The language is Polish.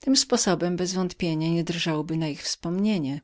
tym sposobem bezwątpienia panicz nie drżałby na ich wspomnienie